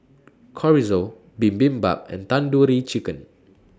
Chorizo Bibimbap and Tandoori Chicken